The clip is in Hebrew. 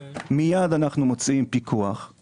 מיד, אנחנו מוציאים פיקוח;